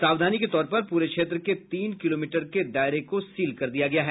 सावधानी के तौर पर पूरे क्षेत्र के तीन किलोमीटर के दायरों को सील कर दिया गया है